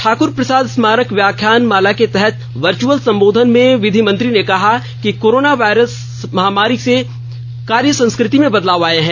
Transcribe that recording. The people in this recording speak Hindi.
ठाकुर प्रसाद स्मारक व्याख्यान माला के तहत वर्चुअल संबोधन में विधि मंत्री ने कहा कि कोरोना वायरस महामारी से कार्य संस्कृति में बदलाव आए हैं